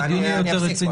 כי הדיון יהיה יותר רציני.